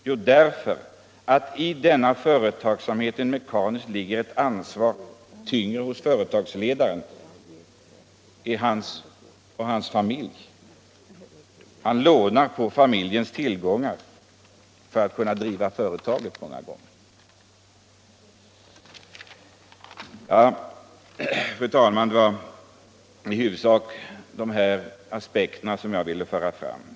Jo, därför att det i denna typ av företagsamhet automatiskt faller ett tyngre ansvar på företagsledaren och hans familj. Han lånar många gångar på familjens tillgångar för att kunna driva företaget. Fru talman! Det var i huvudsak de här aspekterna på ämnet som jag ville föra fram.